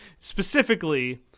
specifically